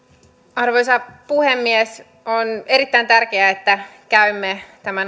arvoisa puhemies on erittäin tärkeää että käymme tämän